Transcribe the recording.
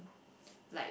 like